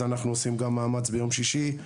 אז אנחנו עושים גם מאמץ ביום שישי,